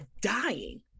dying